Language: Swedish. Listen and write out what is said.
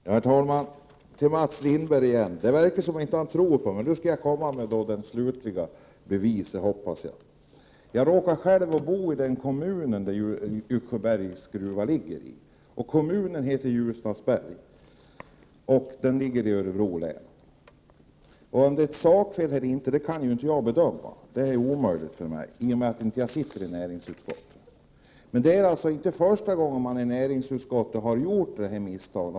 Herr talman! Det verkar som om Mats Lindberg inte tror på mig. Jag skall därför komma med det slutliga beviset — hoppas jag. Jag råkar själv bo i den kommun där Yxsjöbergs gruva ligger, och kommunen heter Ljusnarsberg och ligger i Örebro län. Om det är ett sakfel i betänkandet eller inte kan jag inte bedöma, eftersom jag inte sitter i näringsutskottet, men det är i så fall inte första gången som näringsutskottet har gjort ett misstag.